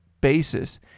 basis